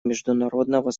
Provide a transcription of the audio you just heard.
международного